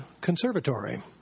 conservatory